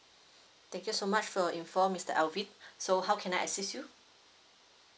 thank you so much for your info mister alvin so how can I assist you